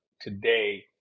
today